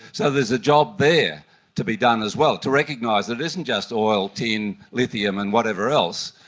so there's a job there to be done as well, to recognise that it isn't just oil, tin, lithium and whatever else,